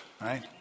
right